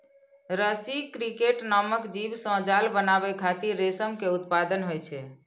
रसी क्रिकेट नामक जीव सं जाल बनाबै खातिर रेशम के उत्पादन होइ छै